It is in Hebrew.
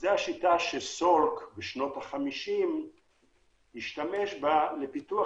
זו השיטה שסאלק בשנות החמישים השתמש בה לפיתוח